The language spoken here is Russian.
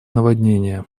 наводнения